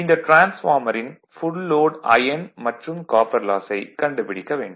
இந்த டிரான்ஸ்பார்மரின் full load iron மற்றும் காப்பர் லாசஸை கண்டுபிடிக்க வேண்டும்